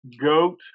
goat